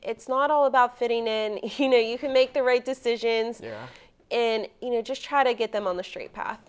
it's not all about fitting in you know you can make the right decisions and you know just try to get them on the str